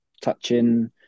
touching